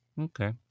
Okay